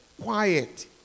quiet